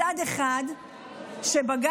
מצד אחד בג"ץ,